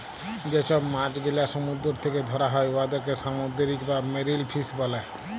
যে ছব মাছ গেলা সমুদ্দুর থ্যাকে ধ্যরা হ্যয় উয়াদেরকে সামুদ্দিরিক বা মেরিল ফিস ব্যলে